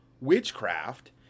witchcraft